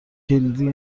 کلیدی